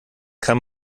kann